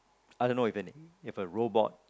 I don't know if an if a robot